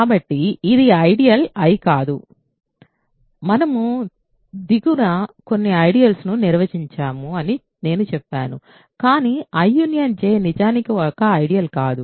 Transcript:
కాబట్టి ఇది ideal I కాదు మనము దిగువ కొత్త ఐడియల్స్ ను నిర్వచించాము అని నేను చెప్పాను కానీ I J నిజానికి ఒక ఐడియల్ కాదు